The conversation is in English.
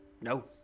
No